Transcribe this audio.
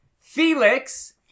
Felix